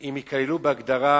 אם ייכללו בהגדרה